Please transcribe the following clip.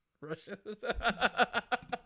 Russia